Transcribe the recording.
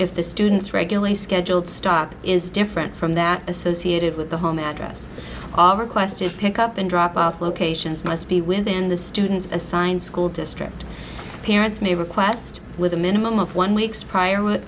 if the student's regularly scheduled stop is different from that associated with the home address all requested pick up and drop off locations must be within the student's assigned school district parents may request with a minimum of one weeks prior